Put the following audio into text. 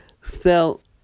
felt